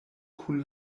kun